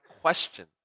question